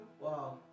Wow